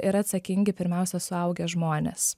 yra atsakingi pirmiausia suaugę žmonės